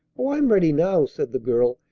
oh, i'm ready now, said the girl,